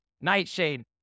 Nightshade